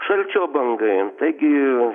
šalčio bangai taigi